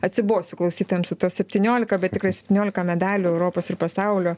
atsibosiu klausytojam su tuo septyniolika bet tikrai septyniolika medalių europos ir pasaulio